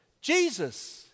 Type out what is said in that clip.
Jesus